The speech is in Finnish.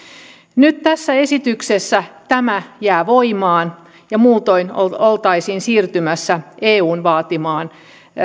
nyt tässä esityksessä tämä jää voimaan ja muutoin oltaisiin siirtymässä eun vaatiman